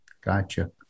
Gotcha